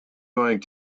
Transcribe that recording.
going